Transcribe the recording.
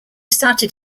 started